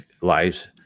lives